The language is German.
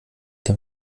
dem